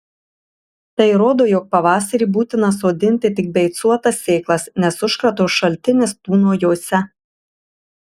tai rodo jog pavasarį būtina sodinti tik beicuotas sėklas nes užkrato šaltinis tūno jose